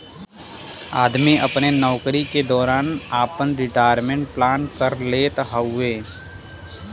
आदमी अपने नउकरी के दौरान आपन रिटायरमेंट प्लान कर लेत हउवे